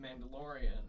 Mandalorian